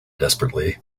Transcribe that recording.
desperately